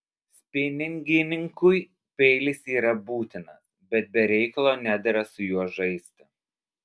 spiningininkui peilis yra būtinas bet be reikalo nedera su juo žaisti